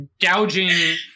gouging